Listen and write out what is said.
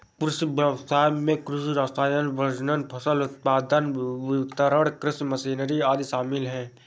कृषि व्ययसाय में कृषि रसायन, प्रजनन, फसल उत्पादन, वितरण, कृषि मशीनरी आदि शामिल है